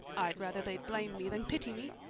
i'd rather they'd blame me than pity me!